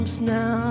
now